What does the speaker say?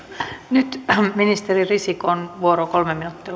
nyt ministeri risikon vuoro kolme minuuttia